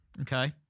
okay